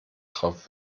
drauf